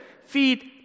feed